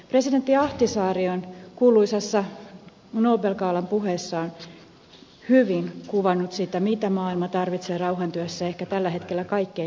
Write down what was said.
presidentti ahtisaari on kuuluisassa nobel gaalan puheessaan hyvin kuvannut sitä mitä maailma tarvitsee rauhantyössä ehkä tällä hetkellä kaikkein eniten